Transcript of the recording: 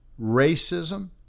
racism